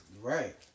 Right